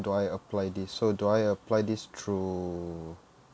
do I apply this so do I apply this through